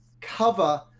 cover